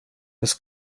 das